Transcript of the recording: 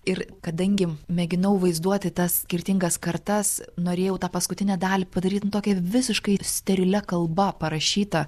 ir kadangi mėginau vaizduoti tas skirtingas kartas norėjau tą paskutinę dalį padaryt nu tokia kaip visiškai sterilia kalba parašytą